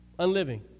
Unliving